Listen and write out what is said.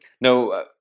No